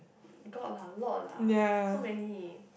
got lah a lot lah so many